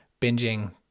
binging